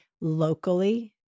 locally